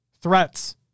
threats